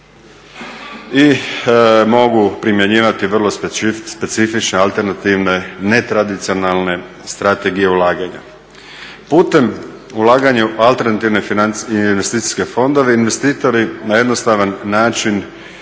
I mogu primjenjivati vrlo specifične alternativne netradicionalne strategije ulaganja. Putem ulaganja u alternativne investicijske fondove, investitori na jednostavan način